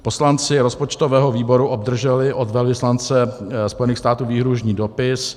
Poslanci rozpočtového výboru obdrželi od velvyslance Spojených států výhrůžný dopis.